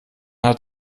hat